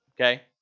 Okay